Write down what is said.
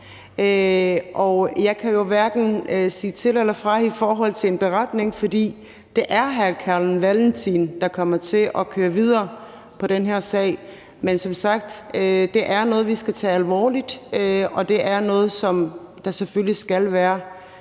Jeg kan jo hverken sige til eller fra i forhold til en beretning, fordi det er hr. Carl Valentin, der kommer til at køre videre på den her sag, men som sagt: Det er noget, vi skal tage alvorligt, og det er noget, som der selvfølgelig skal være